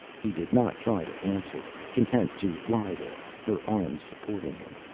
he did not try to answer, content to lie there, her arms supporting him.